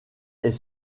est